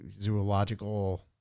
zoological